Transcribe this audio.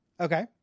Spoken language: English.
Okay